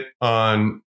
on